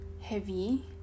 heavy